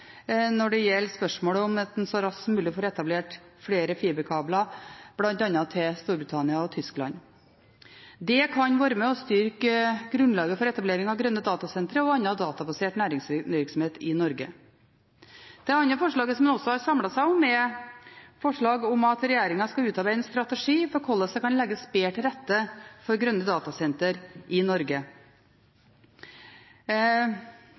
at man så raskt som mulig får etablert flere fiberkabler, bl.a. til Storbritannia og Tyskland. Det kan være med på å styrke grunnlaget for etablering av grønne datasentre og annen databasert næringsvirksomhet i Norge. Det andre forslaget man også har samlet seg om, er forslaget om at regjeringen skal utarbeide en strategi for hvordan det kan legges bedre til rette for grønne datasentre i Norge.